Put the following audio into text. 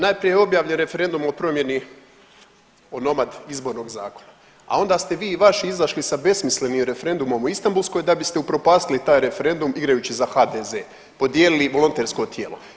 Najprije je objavljen referendum o promjeni onomad Izbornog zakona, a onda ste vi i vaši izašli sa besmislenim referendumom o Istanbulskoj da biste upropastili taj referendum igrajući za HDZ, podijelili volontersko tijelo.